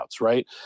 Right